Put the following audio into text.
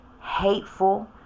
hateful